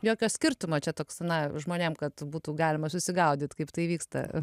jokio skirtumo čia toks na žmonėm kad būtų galima susigaudyt kaip tai vyksta